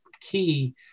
key